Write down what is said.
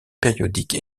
périodique